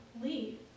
leave